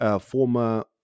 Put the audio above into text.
former